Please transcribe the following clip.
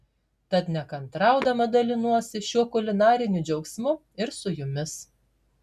tad nekantraudama dalinuosi šiuo kulinariniu džiaugsmu ir su jumis